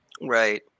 right